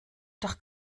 doch